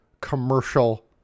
commercial